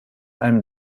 einem